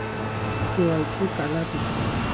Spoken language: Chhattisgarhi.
के.वाई.सी काला कइथे?